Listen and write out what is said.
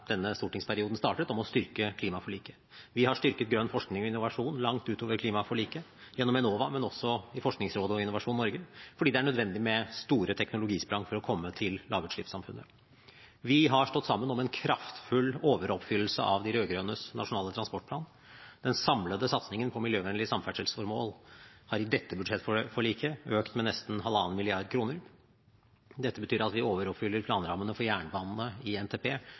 denne stortingsperioden startet: å styrke klimaforliket. Vi har styrket grønn forskning og innovasjon langt utover klimaforliket, gjennom Enova, men også i Forskningsrådet og Innovasjon Norge, fordi det er nødvendig med store teknologisprang for å komme til lavutslippssamfunnet. Vi har stått sammen om en kraftfull overoppfyllelse av de rød-grønnes nasjonale transportplan. Den samlede satsingen på miljøvennlige samferdselsformål er i dette budsjettforliket økt med nesten 1,5 mrd. kr. Dette betyr at vi overoppfyller planrammene for jernbanen i NTP